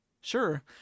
Sure